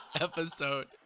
episode